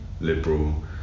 liberal